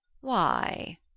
Why